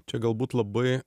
čia galbūt labai